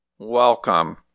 Welcome